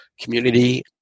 community